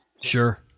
Sure